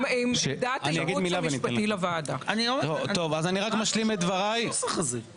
וצריך לומר לפרוטוקול שהמציע סרב לקבל את רוב או כמעט כל